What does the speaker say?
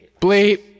Bleep